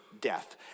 death